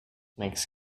makes